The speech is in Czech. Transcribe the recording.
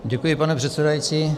Děkuji, pane předsedající.